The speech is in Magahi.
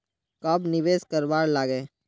कब निवेश करवार लागे?